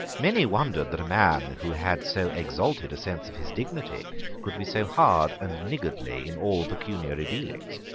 many wondered that a man who had so exalted a sense of his dignity could be so hard and niggardly in all pecuniary dealings.